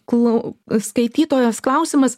klau skaitytojos klausimas